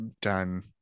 done